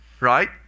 right